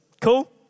Cool